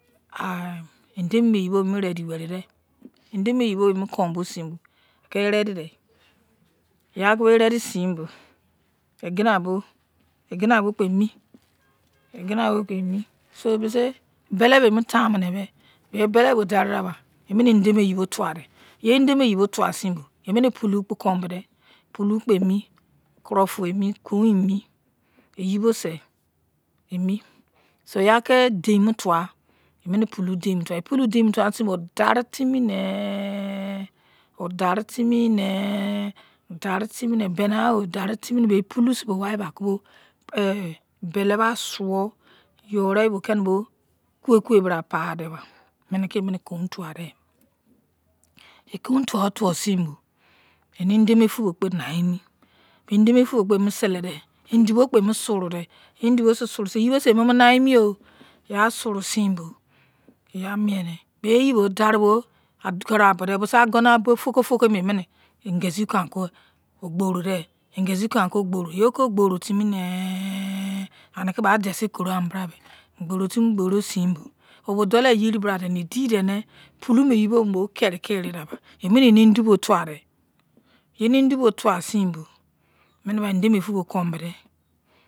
edemoyi bo emu readi weride, edemuyi bo emu kon bo sienbo ki ready dei, ofai kibo readie sin bo, eyina bo kpe emi eyina bo kpe emi, so bisi bele bon emo taimu nai bai, emine edemo yibo towadei, edemoyibo tuwasin bo, emine pulu kpo kou bodei, pulu kpo emi, kuru-fun emi, yeibo sei emu, so yaki dein mu towa, emeni pulo dein mu tuwa boi dari timine, dari timine, dari timine, benai, o dari timine bei pulo waibai kibo belebi suwo, yoro time bo kuwei kuwei bramai paider bai minike emine kun tuwadei. E kun tuwa otawo sein bo ene edemofu ekpo nai eni bei edemefu kpo emu seledei indi kpo emu surudei yei indi kpo sei emu surusindei yeibo sei emomo nai emi yo yai asura sinbo yai amiene, beyibo daribo agono bodei abo dariagono bodei fuko fuko eni mei emeni ngasi kon aki okporodei, yai kon kei okporo timinei aniki bai desikoroyamie brobe gboro temi gboro sin bo, deloueyiri bra paidei nei edidenei bei yei bo kerekiri doubra emeni ene indi tuwadei yei enei indi bou tuwa sin bo emiba edemufo bo kobodei.